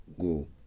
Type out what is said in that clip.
go